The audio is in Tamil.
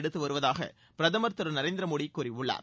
எடுத்துவருவதாக பிரதமர் திரு நரேந்திர மோடி கூறியுள்ளார்